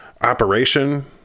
operation